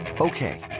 Okay